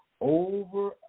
over